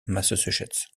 massachusetts